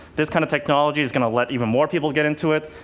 this kind of technology is going to let even more people get into it,